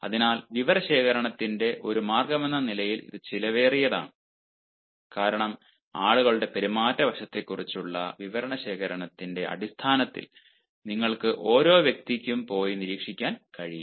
അതിനാൽ വിവരശേഖരണത്തിന്റെ ഒരു മാർഗ്ഗമെന്ന നിലയിൽ ഇത് ചെലവേറിയതാണ് കാരണം ആളുകളുടെ പെരുമാറ്റ വശത്തെക്കുറിച്ചുള്ള വിവരശേഖരണത്തിന്റെ അടിസ്ഥാനത്തിൽ നിങ്ങൾക്ക് ഓരോ വ്യക്തിക്കും പോയി നിരീക്ഷിക്കാൻ കഴിയില്ല